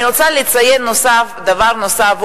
אני רוצה לציין דבר נוסף,